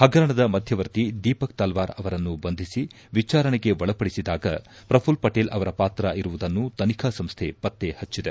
ಪಗರಣದ ಮಧ್ಯವರ್ತಿ ದೀಪಕ್ ತಲ್ವಾರ್ ಅವರನ್ನು ಬಂಧಿಸಿ ವಿಚಾರಣೆಗೆ ಒಳಪಡಿಸಿದಾಗ ಪ್ರಭುಲ್ ಪಟೇಲ್ ಅವರ ಪಾತ್ರ ಇರುವುದನ್ನು ತನಿಖಾ ಸಂಸ್ಥೆ ಪತ್ತೆಪಚ್ಚಿದೆ